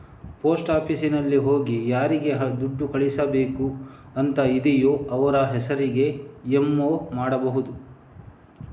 post ಆಫೀಸಿನಲ್ಲಿ ಹೋಗಿ ಯಾರಿಗೆ ದುಡ್ಡು ಕಳಿಸ್ಬೇಕು ಅಂತ ಇದೆಯೋ ಅವ್ರ ಹೆಸರಿಗೆ ಎಂ.ಒ ಮಾಡ್ಬಹುದು